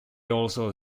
also